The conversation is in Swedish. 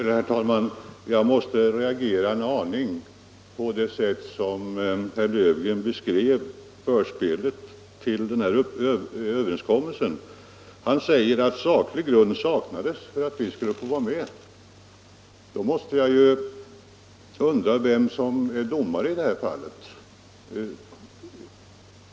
Herr talman! Jag måste reagera en aning mot det sätt på vilket herr Löfgren beskrev förspelet till överenskommelsen. Han sade att saklig grund saknades för att moderata samlingspartiet skulle få vara med. Då måste jag undra vem det är som är domare i det här fallet.